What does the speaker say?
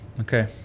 okay